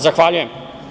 Zahvaljujem.